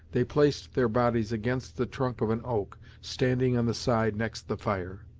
they placed their bodies against the trunk of an oak, standing on the side next the fire.